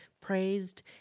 praised